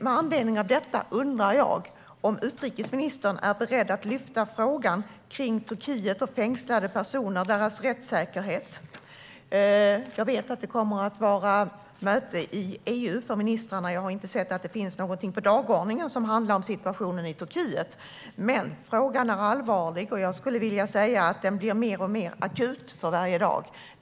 Med anledning av detta undrar jag om utrikesministern är beredd att ta upp frågan om Turkiet och de fängslade personernas rättssäkerhet. Jag vet att det kommer att vara möte i EU för ministrarna. Jag har inte sett att det finns något på dagordningen som handlar om situationen i Turkiet, men frågan är allvarlig, och jag skulle vilja säga att den blir mer och mer akut för varje dag.